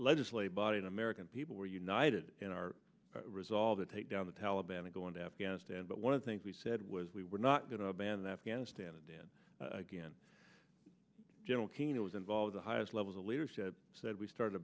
legislative body the american people were united in our resolve to take down the taliban and go into afghanistan but one of the things we said was we were not going to abandon afghanistan and then again general keane who was involved the highest levels of leadership said we started